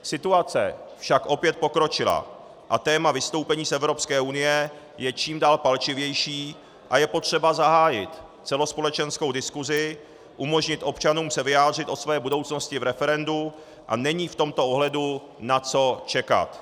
Situace však opět pokročila a téma vystoupení z Evropské unie je čím dál palčivější a je potřeba zahájit celospolečenskou diskusi, umožnit občanům se vyjádřit o své budoucnosti v referendu a není v tomto ohledu na co čekat.